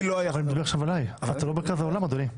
אדוני,